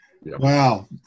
Wow